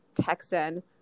Texan